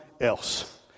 else